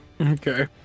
Okay